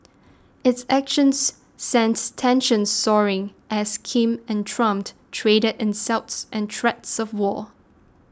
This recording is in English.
its actions sent tensions soaring as Kim and Trump traded insults and threats of war